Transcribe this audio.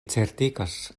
certigas